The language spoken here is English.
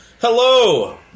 Hello